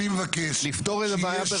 אני מבקש --- לפתור את הבעיה.